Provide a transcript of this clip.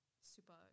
super